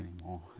anymore